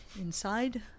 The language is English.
inside